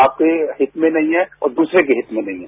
आपके हित में नहीं हैं और दूसरे के हित में नहीं है